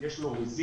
יש לו רזיליינסי,